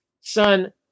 son